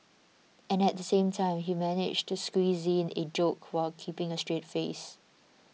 and at the same time he managed to squeeze in joke while keeping a straight face